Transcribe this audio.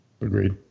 Agreed